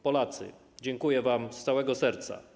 Polacy, dziękuję wam z całego serca.